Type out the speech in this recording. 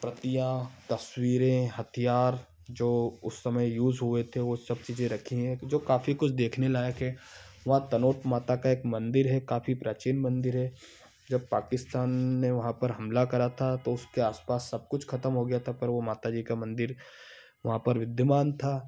प्रतियाँ तस्वीरें हथियार जो उस समय यूज़ हुए थे वह सब चीज़ें रखी हैं जो काफ़ी कुछ देखने लायक़ है वहाँ तनोट माता का एक मंदिर है काफ़ी प्राचीन मंदिर है जब पाकिस्तान ने वहाँ पर हमला करा था तो उसके आस पास सब कुछ ख़त्म हो गया था पर वह माता जी का मंदिर वहाँ पर विद्यमान था